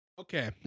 Okay